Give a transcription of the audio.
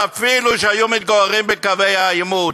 ואפילו למתגוררים בקווי העימות.